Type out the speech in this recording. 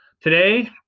today